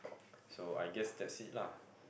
so I guess that's it lah